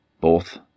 both